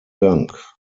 dank